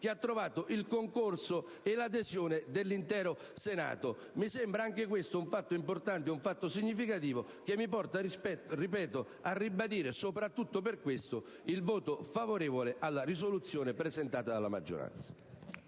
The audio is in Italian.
cui vi è stato il concorso e l'adesione dell'intero Senato. Mi sembra anche questo un fatto importante e significativo che mi porta a ribadire, ripeto, soprattutto per questo, il voto favorevole alla proposta di risoluzione presentata dalla maggioranza.